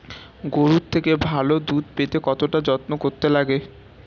গরুর থেকে ভালো দুধ পেতে কতটা যত্ন করতে লাগে